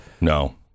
no